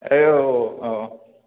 ए औ औ ओ